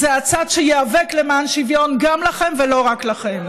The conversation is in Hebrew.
זה הצד שיאבק למען שוויון, גם לכם, ולא רק לכם.